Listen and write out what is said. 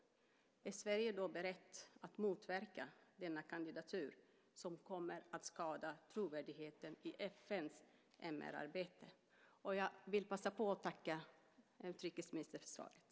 Är Sverige berett att motverka denna kandidatur, som kommer att motverka trovärdigheten i FN:s MR-arbete? Jag vill passa på att tacka utrikesministern för svaret.